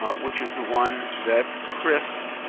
which is the one that chris